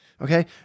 okay